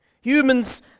Humans